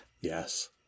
Yes